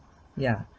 ya